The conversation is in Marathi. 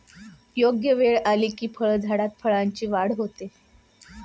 योग्य वेळ आली की फळझाडात फळांची वाढ होते